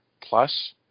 Plus